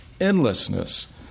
endlessness